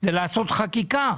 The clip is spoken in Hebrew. זה לעשות חקיקה.